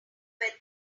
where